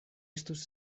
estus